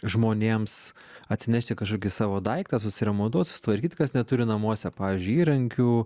žmonėms atsinešti kažkokį savo daiktą susiremontuot susitvarkyt kas neturi namuose pavyzdžiui įrankių